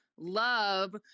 love